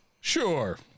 Sure